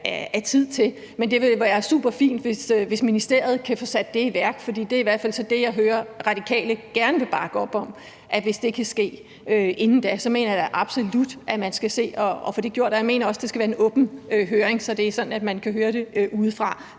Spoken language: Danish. er tid til. Man det vil være super fint, hvis ministeriet kan få sat det i værk, for det er i hvert fald det, jeg hører Radikale gerne vil bakke op om. Hvis det kan ske inden da, mener jeg absolut, at man skal se at få det gjort. Og jeg mener også, det skal være en åben høring, så det er sådan, at man kan høre det udefra.